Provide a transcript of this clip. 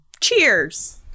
Cheers